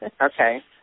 Okay